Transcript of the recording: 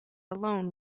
alone